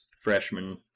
freshman